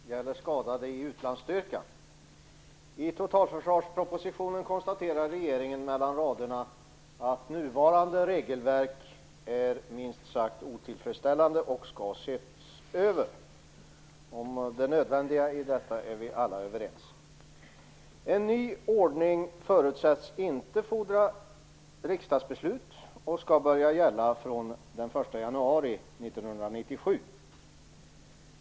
Herr talman! Jag har en fråga till försvarsministern. Det gäller skadade i utlandsstyrkan. I totalförsvarspropositionen konstaterar regeringen mellan raderna att nuvarande regelverk minst sagt är otillfredsställande, och att det skall ses över. Vi är alla överens om det nödvändiga i detta. En ny ordning förutsätts inte fordra riksdagsbeslut och skall börja gälla från den 1 januari 1997.